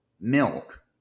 milk